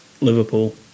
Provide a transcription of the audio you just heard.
Liverpool